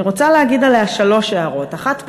אני רוצה להגיד עליה שלוש הערות, אחת פרוצדורלית,